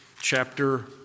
chapter